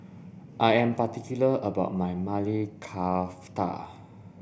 I am particular about my Maili Kofta